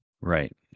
Right